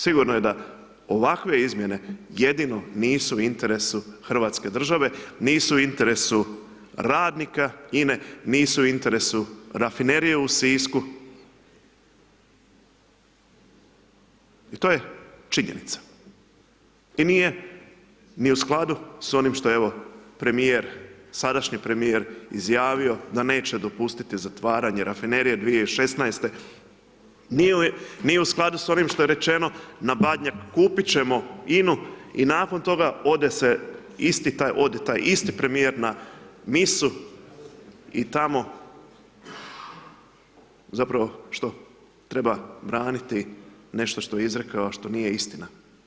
Sigurno je da ovakve izmjene jedino nisu u interesu hrvatske države, nisu u interesu radnika INA-e, nisu u interesu Rafinerije u Sisku i to je činjenica i nije ni u skladu s onim što je evo, premijer, sadašnji premijer, izjavio da neće dopustiti zatvaranje rafinerije 2016., nije u skladu s onim što je rečeno na Badnjak, kupit ćemo INA-u i nakon toga ode se, isti taj ode taj isti premijer na misu i tamo zapravo što, treba braniti nešto što je izrekao, a što nije istina.